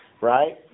right